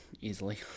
easily